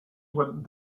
went